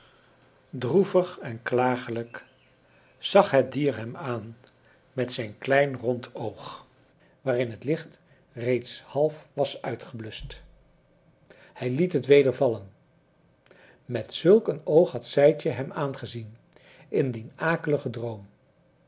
droevig en klagelijk zag het dier hem aan met zijn klein rond oog waarin het licht reeds half was uitgebluscht hij liet het weder vallen met zulk een oog had sijtje hem aangezien in dien akeligen droom